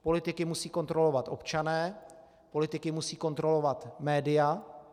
Politiky musí kontrolovat občané, politiky musí kontrolovat média.